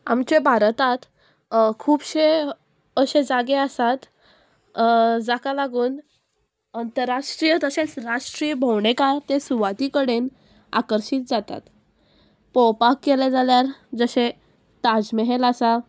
आमचे भारतांत खुबशे अशे जागे आसात जाका लागून अंतरराष्ट्रीय तशेंच राष्ट्रीय भोंवणेकार ते सुवाती कडेन आकर्शीत जातात पळोवपाक गेले जाल्यार जशे ताज महेल आसा